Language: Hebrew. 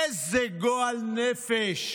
איזה גועל נפש,